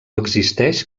existeix